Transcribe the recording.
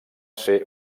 ser